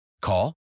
Call